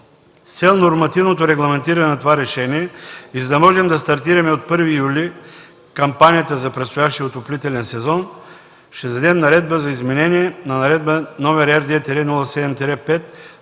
С цел нормативното регламентиране на това решение и, за да можем да стартираме от 1 юли кампанията за предстоящия отоплителен сезон, ще издам наредба за изменение на Наредба № РД-07-5